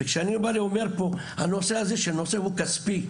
אני אומר כאן שהנושא הזה הוא כספי,